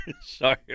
Sorry